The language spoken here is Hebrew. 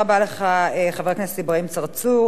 תודה רבה לך, חבר הכנסת אברהים צרצור.